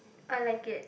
I like it